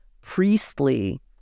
priestly